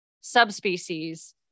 subspecies